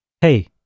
hey